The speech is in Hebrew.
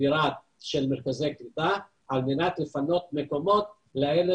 דירה את מרכזי הקליטה על מנת לפנות מקומות לאלה